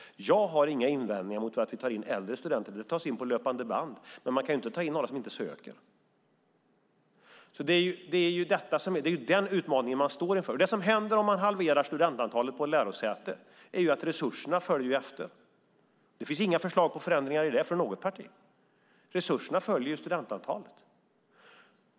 Jag har inga invändningar mot att ta in äldre studenter. De tas in på löpande band. Men det går inte att ta in några som inte söker. Det är den utmaningen man står inför. Om studentantalet halveras på ett lärosäte följer resurserna efter. Det finns inga förslag på förändringar i den frågan från något parti. Resurserna följer studentantalet.